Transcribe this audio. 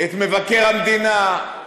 את מבקר המדינה.